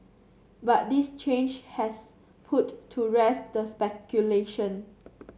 but this change has put to rest the speculation